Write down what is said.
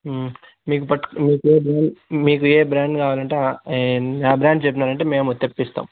ఆ మీకు మీకు ఏ బ్రాండ్ కావాలంటే ఆ బ్రాండు చెప్పారంటే మేము అది తెప్పిస్తాము